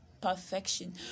perfection